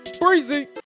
breezy